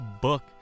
book